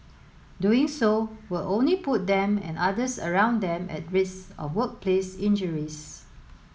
doing so will only put them and others around them at risk of workplace injuries